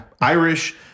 Irish